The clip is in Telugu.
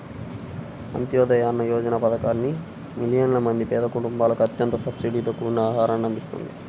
అంత్యోదయ అన్న యోజన పథకాన్ని మిలియన్ల మంది పేద కుటుంబాలకు అత్యంత సబ్సిడీతో కూడిన ఆహారాన్ని అందిస్తుంది